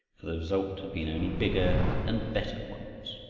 for the result had been only bigger and better ones.